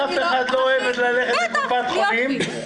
אף אחד לא אוהב ללכת לקופת חולים,